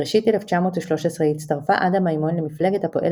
בראשית 1913 הצטרפה עדה מימון למפלגת הפועל